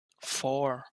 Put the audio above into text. four